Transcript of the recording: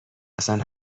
اصلن